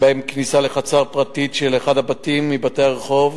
ובהן כניסה לחצר פרטית של אחד מבתי הרחוב